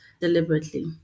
deliberately